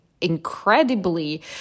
incredibly